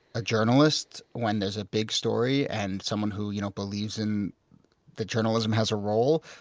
a journalist when there's a big story and someone who you know believes and that journalism has a role.